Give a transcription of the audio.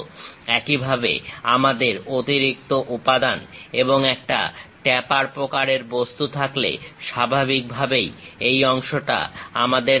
একইভাবে আমাদের অতিরিক্ত উপাদান এবং একটা ট্যাপার প্রকারের বস্তু থাকলে স্বাভাবিকভাবেই এই অংশটা আমাদের থাকবে